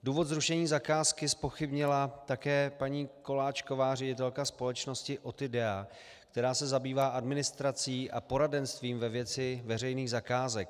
Důvod zrušení zakázky zpochybnila také paní Koláčková, ředitelka společnosti OTIDEA, která se zabývá administrací a poradenstvím ve věci veřejných zakázek.